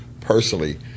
personally